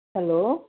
hello